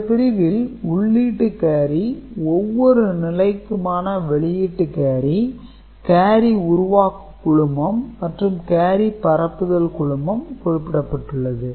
இந்த பிரிவில் உள்ளீட்டு கேரி ஒவ்வொரு நிலைக்குமான வெளியீட்டு கேரி கேரி உருவாக்க குழுமம் மற்றும் கேரி பரப்புதல் குழுமம் குறிப்பிடப்பட்டுள்ளது